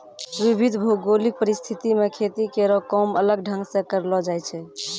विविध भौगोलिक परिस्थिति म खेती केरो काम अलग ढंग सें करलो जाय छै